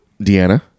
Deanna